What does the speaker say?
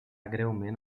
greument